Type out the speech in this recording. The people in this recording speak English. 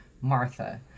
Martha